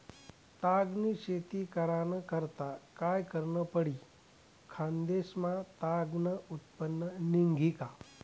ताग नी शेती कराना करता काय करनं पडी? खान्देश मा ताग नं उत्पन्न निंघी का